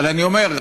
אבל אני אומר,